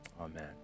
Amen